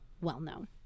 well-known